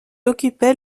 occupait